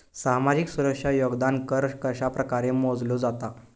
सामाजिक सुरक्षा योगदान कर कशाप्रकारे मोजलो जाता